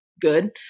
good